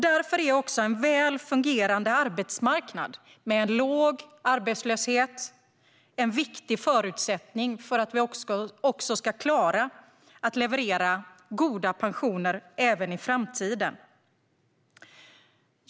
Därför är också en väl fungerande arbetsmarknad med låg arbetslöshet en viktig förutsättning för att vi ska klara att leverera goda pensioner även i framtiden.